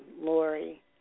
Lori